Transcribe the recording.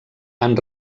han